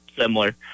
similar